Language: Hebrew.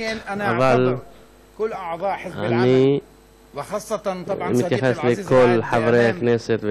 אבל אני מתייחס לכל חברי הכנסת,